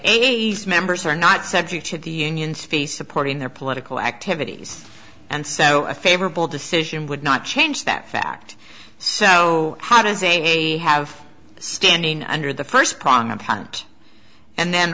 ok members are not subject to the union speech supporting their political activities and so a favorable decision would not change that fact so how does a have standing under the first prong of patent and then